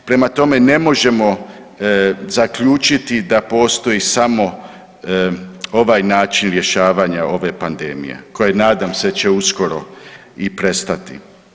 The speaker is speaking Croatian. Prema tome, ne možemo zaključiti da postoji samo ovaj način rješavanja ove pandemije koja nadam se da će uskoro i prestati.